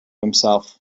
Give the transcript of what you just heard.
himself